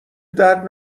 درد